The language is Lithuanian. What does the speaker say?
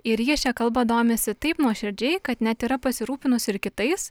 ir ji šia kalba domiesi taip nuoširdžiai kad net yra pasirūpinusi ir kitais